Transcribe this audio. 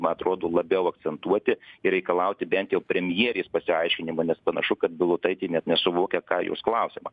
atrodo labiau akcentuoti ir reikalauti bent jau premjerės pasiaiškinimo nes panašu kad bilotaitė net nesuvokia ką jos klausiama